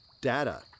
data